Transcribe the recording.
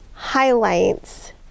highlights